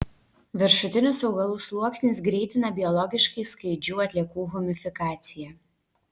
viršutinis augalų sluoksnis greitina biologiškai skaidžių atliekų humifikaciją